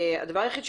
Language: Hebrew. הדבר היחיד,